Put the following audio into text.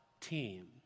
team